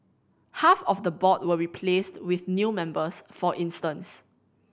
half of the board were replaced with new members for instance